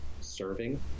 serving